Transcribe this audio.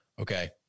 okay